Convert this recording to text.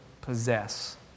possess